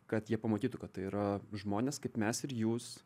kad jie pamatytų kad tai yra žmonės kaip mes ir jūs